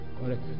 Correct